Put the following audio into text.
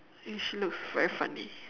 she looks very funny